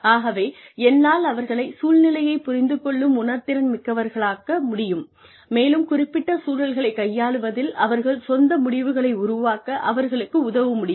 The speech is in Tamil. ஆகவே என்னால் அவர்களைச் சூழ்நிலையைப் புரிந்து கொள்ளும் உணர் திறன் மிக்கவர்களாக முடியும் மேலும் குறிப்பிட்ட சூழல்களை கையாள்வதில் அவர்கள் சொந்த முடிவுகளை உருவாக்க அவர்களுக்கு உதவ முடியும்